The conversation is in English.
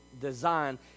design